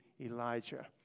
Elijah